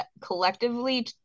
collectively